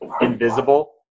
Invisible